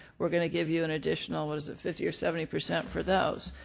we're going to give you an additional what is it fifty or seventy percent for those.